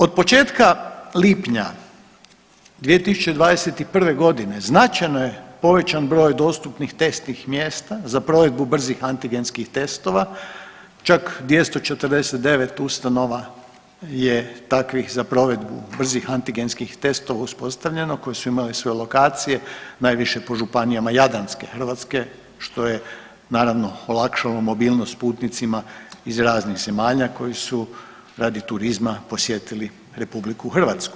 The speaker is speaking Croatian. Od početka lipnja 2021. godine značajno je povećan broj dostupnih testnih mjesta za provedbu brzih antigenskih testova, čak 249 ustanova je takvih za provedbu brzih antigenskih testova uspostavljeno koje su imale svoje lokacije najviše po županijama jadranske Hrvatske što je naravno olakšalo mobilnost putnicima iz raznih zemalja koji su radi turizma posjetili RH.